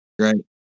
Right